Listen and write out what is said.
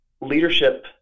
leadership